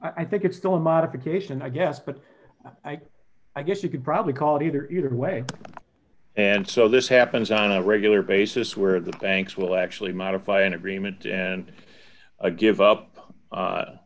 contract i think it's still a modification i guess but i guess you could probably call it either way and so this happens on a regular basis where the banks will actually modify an agreement and a give up